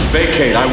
Vacate